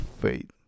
faith